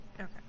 Okay